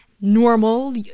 normal